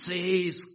Says